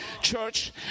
Church